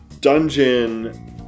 dungeon